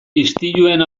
istiluen